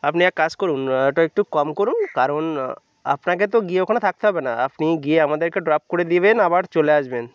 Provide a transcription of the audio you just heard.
আপনি এক কাজ করুন ওটা একটু কম করুন কারণ আপনাকে তো গিয়ে ওখানে থাকতে হবে না আপনি গিয়ে আমাদেরকে ড্রপ করে দিয়েবেন আবার চলে আসবেন